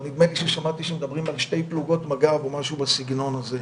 אבל נדמה לי ששמעתי שמדברים על שתי פלוגות מג"ב או משהו בסגנון הזה.